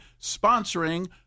sponsoring